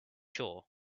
sure